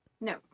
No